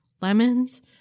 Lemons